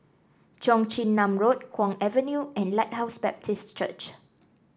Cheong Chin Nam Road Kwong Avenue and Lighthouse Baptist Church